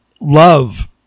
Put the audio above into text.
love